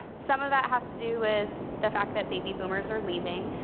some of that has to do with the fact that baby boomers are leaving,